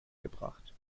gebracht